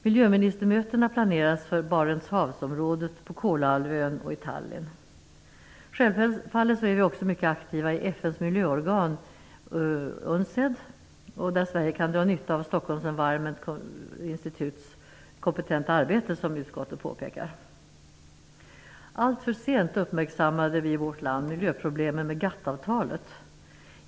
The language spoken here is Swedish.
Miljöministermöten planeras för Barentshavsområdet, på Kolahalvön och i Tallinn. Självfallet är vi också mycket aktiva i FN:s miljöorgan UNCED, där Sverige kan dra nytta av det kompetenta arbete som bedrivs inom Stockholm Environment. Detta påpekade också utskottet. Alltför sent uppmärksammades vi i vårt land på miljöproblemen med GATT-avtalet.